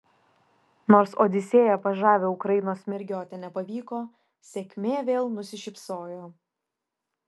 nors odisėja pas žavią ukrainos mergiotę nepavyko sėkmė vėl nusišypsojo